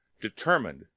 determined